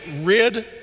rid